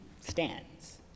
stands